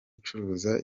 icuruza